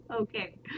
okay